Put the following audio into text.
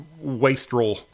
wastrel